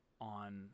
on